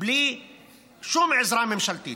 בלי שום עזרה ממשלתית.